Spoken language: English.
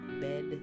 bed